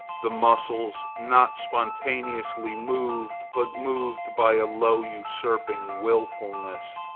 the muscles, not spontaneously moved but moved by a low usurping wilfulness,